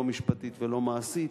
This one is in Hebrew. לא משפטית ולא מעשית.